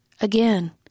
again